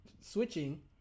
Switching